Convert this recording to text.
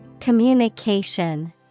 Communication